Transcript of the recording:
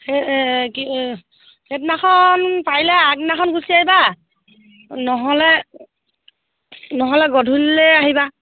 সেই কি সেইদিনাখন পাৰিলে আগদিনাখন গুচি আহিবা নহ'লে নহ'লে গধূলিলৈ আহিবা